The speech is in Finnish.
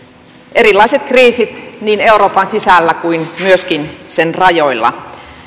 erilaiset kriisit niin euroopan sisällä kuin myöskin sen rajoilla